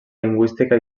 lingüística